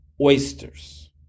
oysters